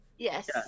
Yes